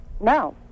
No